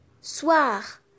soir